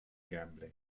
gambling